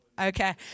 okay